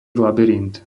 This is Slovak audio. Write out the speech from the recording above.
labyrint